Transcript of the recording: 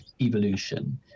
evolution